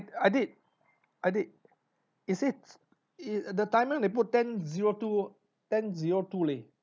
I did I did is it it err the timer they put ten zero two ten zero two leh